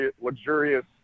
luxurious